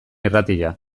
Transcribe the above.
irratia